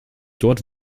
dort